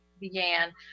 began